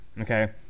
Okay